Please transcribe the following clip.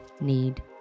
need